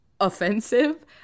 offensive